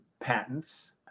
patents